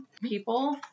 people